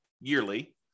yearly